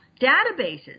databases